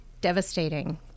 devastating